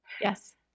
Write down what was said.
yes